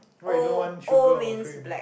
why you don't want sugar or cream